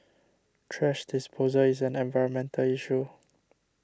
thrash disposal is an environmental issue